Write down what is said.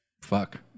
Fuck